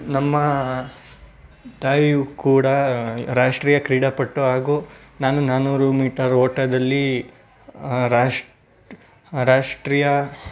ನಮ್ಮ ತಾಯಿಯೂ ಕೂಡ ರಾಷ್ಟ್ರೀಯ ಕ್ರೀಡಾಪಟು ಹಾಗು ನಾನು ನಾನ್ನೂರು ಮೀಟರ್ ಓಟದಲ್ಲಿ ರಾಷ್ಟ್ ರಾಷ್ಟ್ರೀಯ